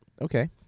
okay